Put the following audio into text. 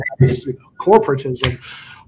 corporatism